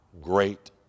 great